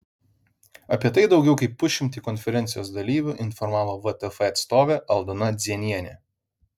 apie tai daugiau kaip pusšimtį konferencijos dalyvių informavo vtf atstovė aldona dzienienė